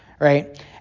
right